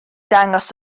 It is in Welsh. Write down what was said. dangos